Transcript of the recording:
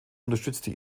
unterstützte